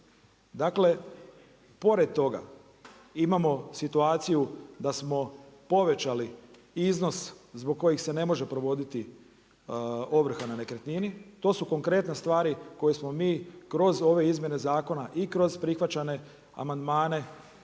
Dakle, pored toga imamo situaciju da smo povećali iznos zbog kojih se ne može provoditi ovrha na nekretnini, to su konkretne stvari koje smo mi kroz ove izmjene zakona i kroz prihvaćane amandmane